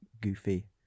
goofy